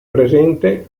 presente